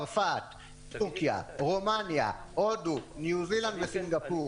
צרפת, תורכיה, רומניה, הודו, ניו זילנד וסינגפור.